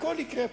הכול יקרה פה,